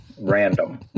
Random